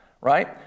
right